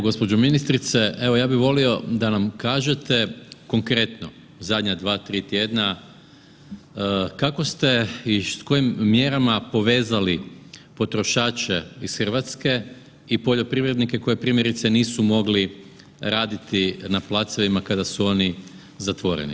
Gospođo ministrice, evo ja bi volio da nam kažete konkretno, zadnja 2, 3 tjedna i kojim mjerama povezali potrošače iz Hrvatske i poljoprivrednike koji primjerice nisu mogli raditi na placevima kada su oni zatvoreni.